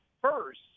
first